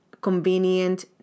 convenient